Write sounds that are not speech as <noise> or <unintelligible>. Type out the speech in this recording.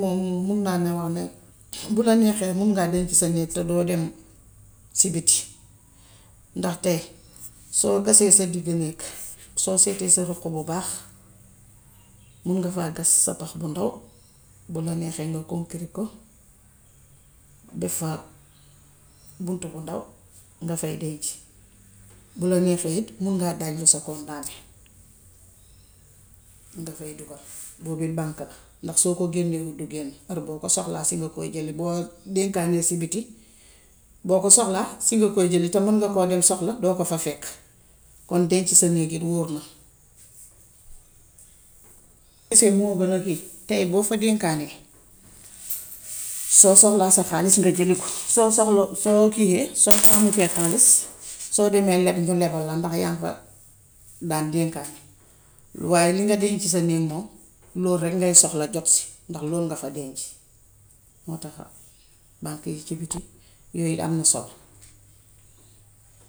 <unintelligible> bu la neexee mun ngaa denc sa néeg, te doo dem si biti ndax tay, soo gasee sa digg néeg, soo seetee sa ruq bu baax, mun nga faa gas sa pax bu ndaw bu la neexee nga konkiri ko, def fa buntu bu ndaw nga fey denc. Bu la neexee it man ngaa daajlu sa kondaane, nga fay dugal. Boobit bànk la ndax soo ko génnewul du génn. Heure boo ko soxlaa ci nga koy si nga koy jëli. Boo denkaanee si biti. Soo ko soxlaa si nga koy jëli, te mun nga koo soxla doo ko fa fekk. Kon denc sa néeg it wóor na. <unintelligible> Tay boo fa dénkaanee, soo soxlaa sa xaalis nga jëli ko. Soo soxla soo kii yee <noise> soo amutee xaalis, soo demee leb ñu labal ndax yaaŋ fa daan dénkaane. Waaye li nga denc sa néeg moom lool rekk nga soxla jot si ndax lool nga fa denc. Moo tax bànk yi ci biti yooyu it am na solo.